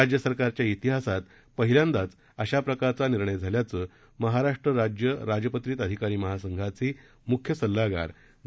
राज्य सरकारच्या प्तिहासात पहिल्यांदाच अशाप्रकारचा निर्णय घेण्यात आल्याचं महाराष्ट्र राज्य राजपत्रित अधिकारी महासंघाचे मुख्य सल्लागार ग